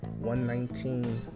119